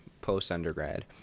post-undergrad